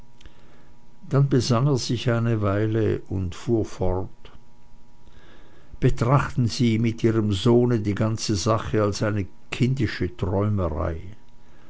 dann besann er sich eine weile und fuhr fort betrachten sie mit ihrem sohne die ganze sache als eine kindische träumerei